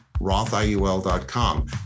rothiul.com